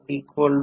5H